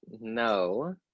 no